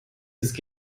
ist